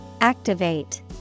Activate